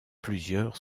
plusieurs